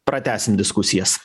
pratęsim diskusijas